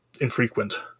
infrequent